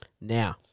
now